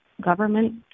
government